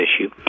issue